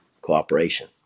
cooperation